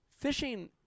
fishing –